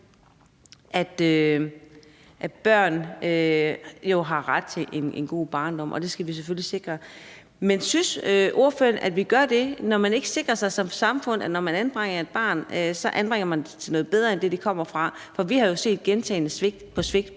at børn jo har ret til en god barndom, og at det skal vi selvfølgelig sikre. Men synes ordføreren, at man gør det, når man ikke som samfund sikrer sig, at når man anbringer et barn, så anbringer man det til noget bedre end det, det kommer fra? For vi har jo set gentagne svigt – svigt